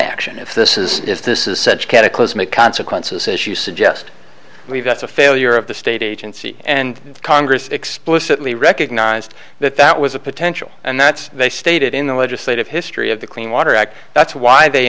action if this is if this is such cataclysmic consequences as you suggest we've got the failure of the state agency and congress explicitly recognized that that was a potential and that's they stated in the legislative history of the clean water act that's why they